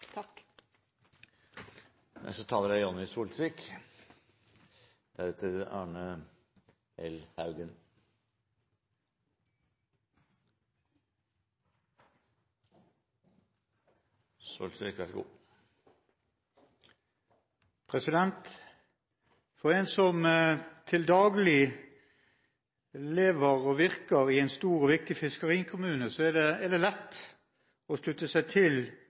For en som til daglig lever og virker i en stor og viktig fiskerikommune, er det lett å slutte seg til